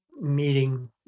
meeting